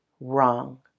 wrong